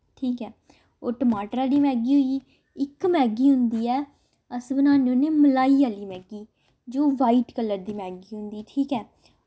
ठीक ऐ ओह् टमाटर आह्ली मैगी होई गेई इक मैगी होंदी ऐ अस बनान्ने होन्ने मलाई आह्ली मैगी जो वाइट कलर दी मैगी होंदी ऐ ठीक ऐ